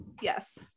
yes